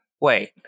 wait